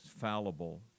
fallible